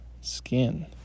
skin